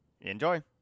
Enjoy